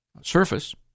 surface